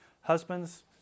Husbands